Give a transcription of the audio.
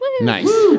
Nice